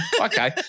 Okay